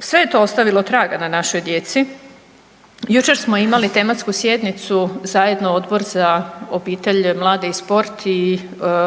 Sve je to ostavilo traga na našoj djeci. Jučer smo imali tematsku sjednicu zajedno Odbor za obitelj, mlade i sport i